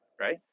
right